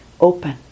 open